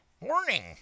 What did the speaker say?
warning